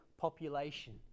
population